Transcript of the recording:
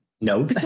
no